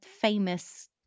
famous